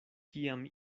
kiam